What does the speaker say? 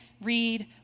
read